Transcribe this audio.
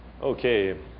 Okay